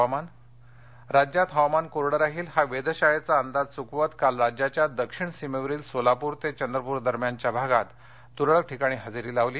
हवामान राज्यात हवामान कोरडं राहील हा वेधशाळेचा अंदाज च्रकवत काल राज्याच्या दक्षिण सीमेवरील सोलापूर ते चंद्रपूर दरम्यानच्या भागात तुरळक ठिकाणी हजेरी लावली